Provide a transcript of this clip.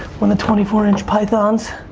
when the twenty four inch pythons,